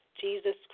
Jesus